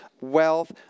Wealth